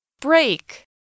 Break